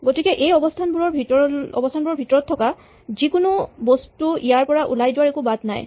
গতিকে এই অৱস্হানসমূহৰ ভিতৰত থকা যিকোনো বস্তুৰ ইয়াৰ পৰা ওলাই যোৱাৰ একো বাট নাই